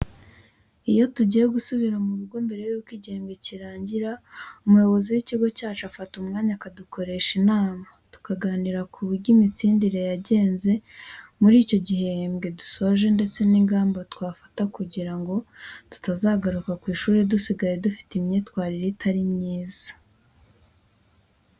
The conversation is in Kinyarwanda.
Iyo tugiye gusubira mu rugo, mbere yuko igihembwe kirangira, umuyobozi w'ikigo cyacu afata umwanya akadukoresha inama, tukaganira ku buryo imitsindire yagenze muri icyo gihembwe dusoje ndetse n'ingamba twafata kugira ngo tutazagaruka ku ishuri dusigaye dufite imyitwarire itari myiza.